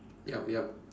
yup yup